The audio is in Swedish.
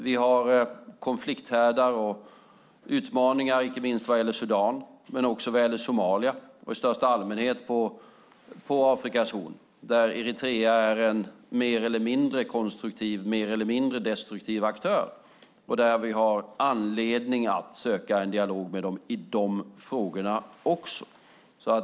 Det finns konflikthärdar och utmaningar icke minst vad gäller Sudan och vad gäller Somalia och i största allmänhet på Afrikas horn, där Eritrea är en mer eller mindre konstruktiv, mer eller mindre destruktiv, aktör och där vi har anledning att söka en dialog med dem i de frågorna också.